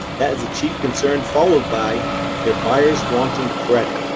that is a chief concern, followed by their buyers wanting credit.